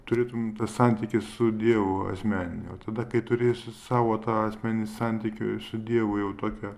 turėtum tą santykį su dievu asmeninį o tada kai turėsi savo tą asmeninį santykį su dievu jau tokią